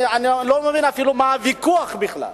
אני אפילו לא מבין מה הוויכוח בכלל,